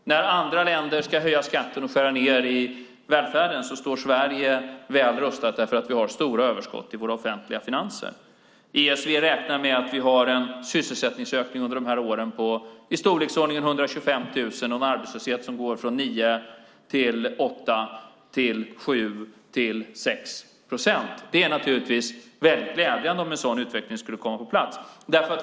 När andra länder ska höja skatten och skära ned i välfärden står Sverige väl rustat därför att vi har stora överskott i våra offentliga finanser. ESV räknar med att vi har en sysselsättningsökning under de här åren på i storleksordningen 125 000 om arbetslösheten går från 9 till 8 till 7 till 6 procent. Det är naturligtvis väldigt glädjande om en sådan utveckling skulle komma på plats.